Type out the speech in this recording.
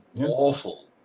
Awful